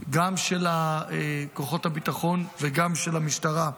גם של כוחות הביטחון וגם של המשטרה,